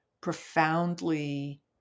profoundly